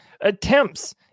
attempts